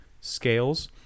scales